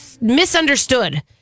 misunderstood